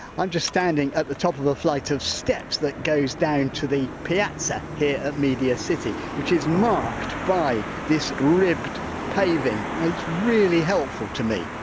i'm just standing at the top of a flight of steps that goes down to the piazza here at media city, which is marked by this ribbed paving and it's really helpful to me.